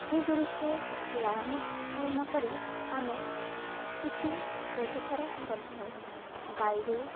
ସେଗୁଡ଼ିକୁ ଲାଳନ ପାଳନ କରି ଆମେ କିଛି ରୋଜଗାର କରିଥାଉ ଗାଈରୁ